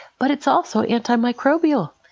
but it's also antimicrobial.